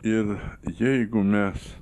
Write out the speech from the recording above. ir jeigu mes